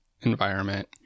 environment